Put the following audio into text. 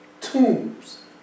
tombs